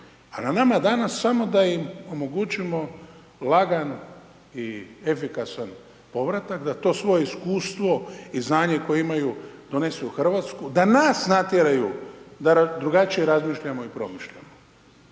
a na nama danas samo da im omogućimo lagan i efikasan povratak, da to svoje iskustvo i znanje koje imaju donesu u Hrvatsku, da nas natjeraju da drugačije razmišljamo i promišljamo.